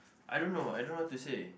I don't know I don't know what to say